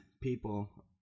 people